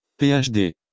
PhD